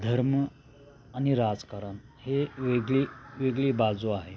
धर्म आणि राजकारण हे एक वेगळी वेगळी बाजू आहे